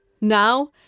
Now